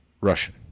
Russian